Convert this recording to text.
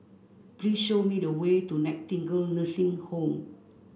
please show me the way to Nightingale Nursing Home